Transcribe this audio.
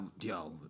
yo